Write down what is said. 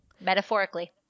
Metaphorically